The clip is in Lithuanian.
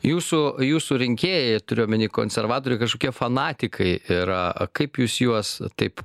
jūsų jūsų rinkėjai turiu omeny konservatorių kažkokie fanatikai yra kaip jūs juos taip